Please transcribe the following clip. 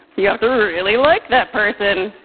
you have to really like that person,